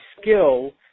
skill